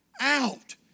out